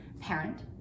parent